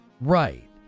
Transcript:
right